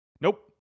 Nope